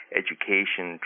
education